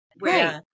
Right